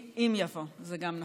אם יבוא, זה גם נכון.